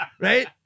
right